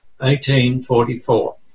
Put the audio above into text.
1844